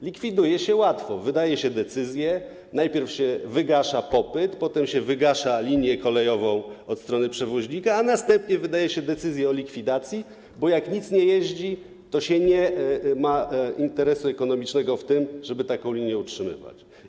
Likwiduje się łatwo: wydaje się decyzję, najpierw wygasza się popyt, potem wygasza się linię kolejową od strony przewoźnika, a następnie wydaje się decyzję o likwidacji, bo jak nic nie jeździ, to nie ma się interesu ekonomicznego w tym, żeby taką linię utrzymywać.